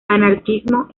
anarquismo